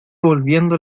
volviendo